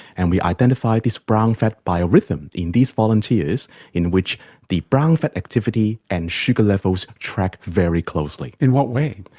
and we identify this brown fat by a rhythm in these volunteers in which the brown fat activity and sugar levels track very closely. in what way?